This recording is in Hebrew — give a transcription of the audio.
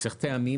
צריך טעמים,